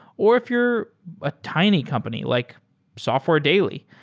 or if you're a tiny company like software daily.